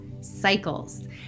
cycles